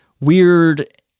weird